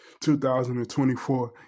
2024